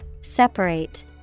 separate